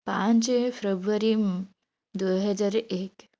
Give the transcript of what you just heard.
ପାଞ୍ଚ ଫେବୃଆରୀ ଦୁଇ ହଜାର ଏକ